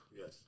Yes